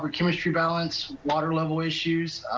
chemistry balance, water level issues,